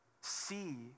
see